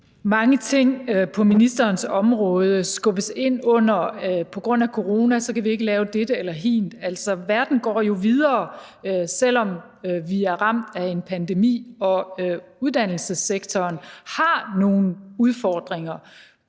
mange ting på ministerens område skubbes ind under formuleringen: På grund af corona kan vi ikke lave dette eller hint. Altså, verden går jo videre, selv om vi er ramt af en pandemi, og uddannelsessektoren har nogle udfordringer